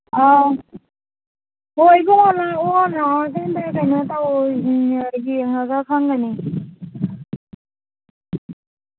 ꯑꯥ ꯍꯣ ꯏꯕꯨꯡꯉꯣ ꯂꯥꯛꯑꯣ ꯂꯥꯛꯑꯀꯥꯟꯗ ꯀꯩꯅꯣ ꯇꯧꯔꯁꯤꯅꯦ ꯌꯦꯡꯉꯒ ꯈꯪꯒꯅꯤ